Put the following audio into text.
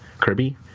Kirby